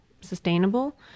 sustainable